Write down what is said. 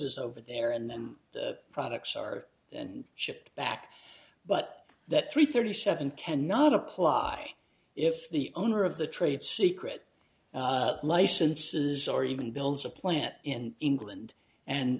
s over there and then the products are and shipped back but that three thirty seven cannot apply if the owner of the trade secret licenses or even builds a plant in england and